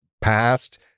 past